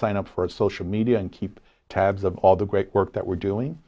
sign up for a social media and keep tabs of all the great work that we're doing